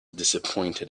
disappointed